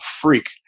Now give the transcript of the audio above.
freak